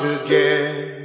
again